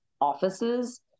offices